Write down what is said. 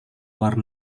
luar